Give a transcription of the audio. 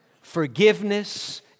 forgiveness